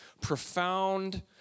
profound